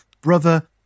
brother